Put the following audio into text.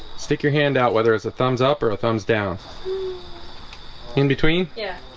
stick your hand out whether it's a thumbs-up or a thumbs-down in between yeah,